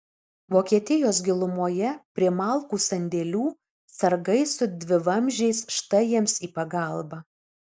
vokietijos gilumoje prie malkų sandėlių sargai su dvivamzdžiais štai jiems į pagalbą